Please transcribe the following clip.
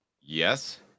Yes